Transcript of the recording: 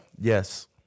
Yes